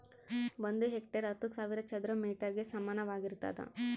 ಒಂದು ಹೆಕ್ಟೇರ್ ಹತ್ತು ಸಾವಿರ ಚದರ ಮೇಟರ್ ಗೆ ಸಮಾನವಾಗಿರ್ತದ